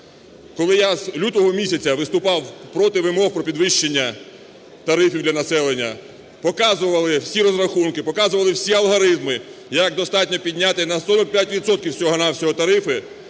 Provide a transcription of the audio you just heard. Коли я з лютого місяця витупав проти вимог про підвищення тарифів для населення, показували всі розрахунки, показували всі алгоритми, як достатньо підняти на 45